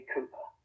Cooper